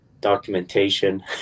documentation